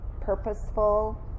purposeful